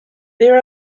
there